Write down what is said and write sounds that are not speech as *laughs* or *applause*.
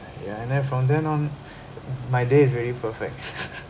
ya and then from then on my day is already perfect *laughs*